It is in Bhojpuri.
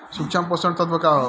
सूक्ष्म पोषक तत्व का ह?